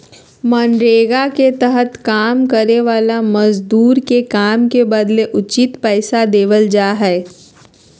मनरेगा के तहत काम करे वाला मजदूर के काम के बदले उचित पैसा देवल जा हय